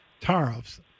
tariffs